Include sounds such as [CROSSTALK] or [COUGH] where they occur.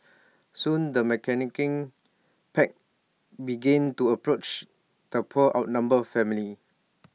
soon the [UNINTELLIGIBLE] pack began to approach the poor outnumbered family